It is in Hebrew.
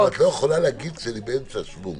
אבל את לא יכולה להגיד כשאני באמצע השוונג.